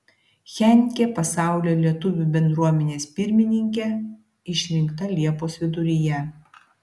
henkė pasaulio lietuvių bendruomenės pirmininke išrinkta liepos viduryje